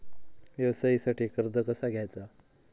व्यवसायासाठी कर्ज कसा घ्यायचा?